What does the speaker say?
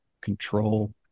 control